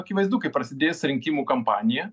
akivaizdu kai prasidės rinkimų kampanija